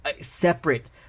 separate